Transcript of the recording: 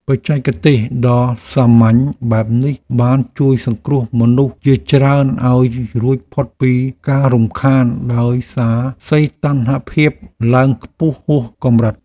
បច្ចេកទេសដ៏សាមញ្ញបែបនេះបានជួយសង្គ្រោះមនុស្សជាច្រើនឱ្យរួចផុតពីការរំខានដោយសារសីតុណ្ហភាពឡើងខ្ពស់ហួសកម្រិត។